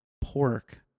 pork